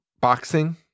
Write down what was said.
boxing